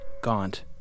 gaunt